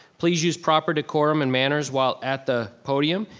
please use proper decorum and manners while at the podium.